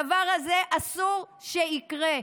הדבר הזה, אסור שיקרה.